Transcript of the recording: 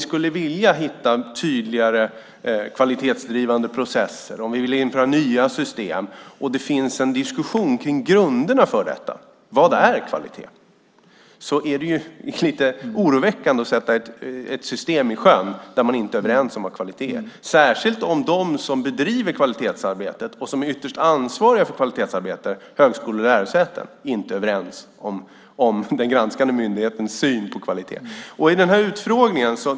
Skulle vi vilja hitta tydligare kvalitetsdrivande processer och införa nya system och det finns en diskussion om grunderna för vad kvalitet är så är det lite oroväckande att sätta ett system i sjön där man inte är överens om vad kvalitet är. Det gäller särskilt om de som driver kvalitetsarbetet och är ytterst ansvariga för kvalitetsarbetet, högskolor och lärosäten, inte är överens med den granskande myndighetens syn på kvalitet.